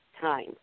time